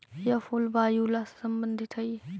यह फूल वायूला से संबंधित हई